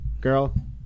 girl